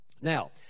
Now